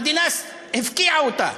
המדינה הפקיעה אותה,